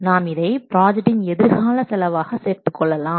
நாம் இதை ப்ராஜெக்ட்டின் எதிர்கால செலவாக சேர்த்துக்கொள்ளலாம்